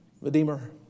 Redeemer